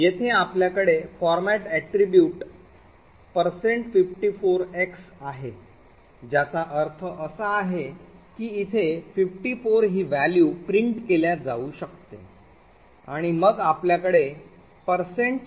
येथे आपल्याकडे format attribute 54x आहे ज्याचा अर्थ असा आहे की इथे 54 ही व्हॅल्यू प्रिंट केल्या जाऊ शकते आणि मग आपल्याकडे 6n आहे